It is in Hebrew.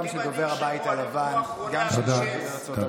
גם של דובר הבית הלבן וגם של שגריר ארצות הברית,